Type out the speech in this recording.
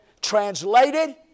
translated